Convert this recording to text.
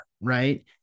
Right